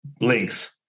links